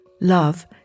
love